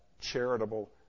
charitable